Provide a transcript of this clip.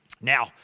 Now